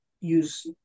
use